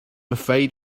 afraid